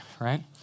right